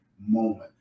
moment